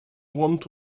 want